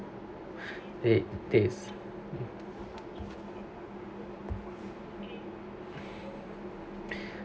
this this